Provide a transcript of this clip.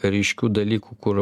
ryškių dalykų kur